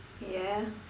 ya